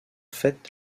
fait